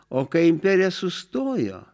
o kai imperija sustojo